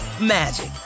magic